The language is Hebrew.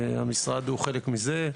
המשרד הוא חלק מזה,